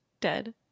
Dead